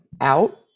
out